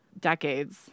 decades